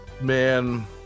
Man